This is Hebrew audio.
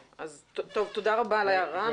תודה רבה על ההערה.